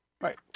Right